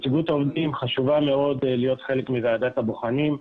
נציגות העובדים חשובה מאוד להיות חלק מוועדת הבוחנים.